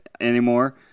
anymore